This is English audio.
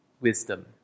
Wisdom